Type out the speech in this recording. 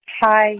Hi